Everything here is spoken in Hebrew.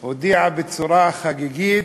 הודיעה בצורה חגיגית: